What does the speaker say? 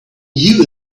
you